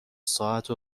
ساعت